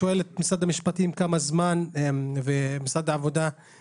שאל את משרד המשפטים ואת משרד העבודה תוך כמה